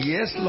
Yes